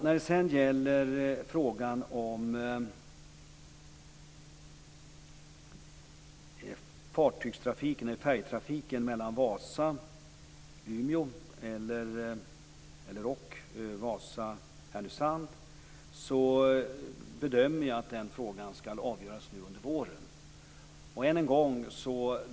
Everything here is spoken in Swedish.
När det sedan gäller frågan om färjetrafiken mellan Vasa och Umeå eller/och Vasa och Härnösand bedömer jag att den frågan skall avgöras under våren.